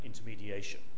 intermediation